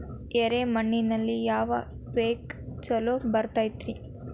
ಎರೆ ಮಣ್ಣಿನಲ್ಲಿ ಯಾವ ಪೇಕ್ ಛಲೋ ಬರತೈತ್ರಿ?